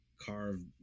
carved